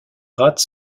rate